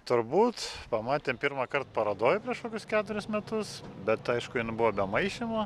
turbūt pamatėm pirmąkart parodoj prieš kokius keturis metus bet aišku jin buvo be maišymo